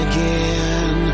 Again